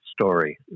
story